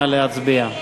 נא להצביע.